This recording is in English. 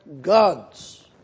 gods